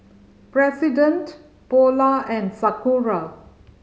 President Polar and Sakura